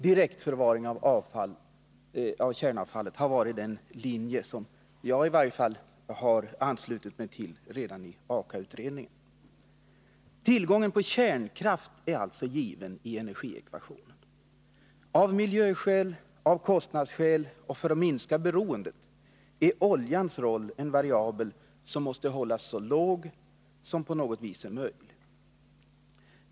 Direktförvaring av avfallet har varit den linje som i varje fall jag har anslutit mig till redan i AKA-utredningen. Tillgången på kärnkraft är alltså given i energiekvationen. Av miljöskäl, av kostnadsskäl och för att minska beroendet är oljans roll en variabel som måste hållas så låg som det på något vis är möjligt.